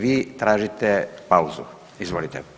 Vi tražite pauzu, izvolite,